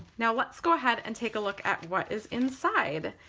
now let's go ahead and take a look at what is inside.